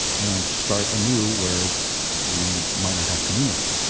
and to start anew where we might not have community.